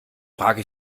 frage